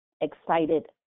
excited